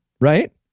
right